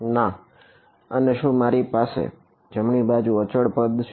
ના અને શું મારી પાસે જમણી બાજુ અચળ પદ છે